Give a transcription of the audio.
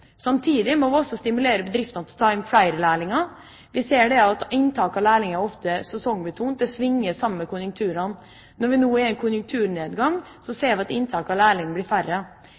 må også stimulere bedriftene til å ta inn flere lærlinger. Vi ser at inntak av lærlinger ofte er sesongbetont. Det svinger med konjunkturene. Når vi nå er i en konjunkturnedgang, ser vi at inntaket av lærlinger blir